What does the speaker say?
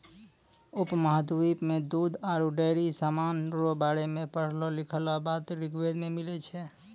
उपमहाद्वीप मे दूध आरु डेयरी समान रो बारे मे पढ़लो लिखलहा बात ऋग्वेद मे मिलै छै